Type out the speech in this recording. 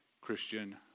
Christian